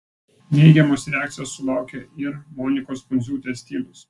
neigiamos reakcijos sulaukė ir monikos pundziūtės stilius